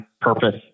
purpose